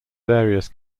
various